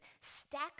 Stack